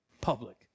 public